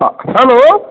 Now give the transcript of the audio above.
हँ हलो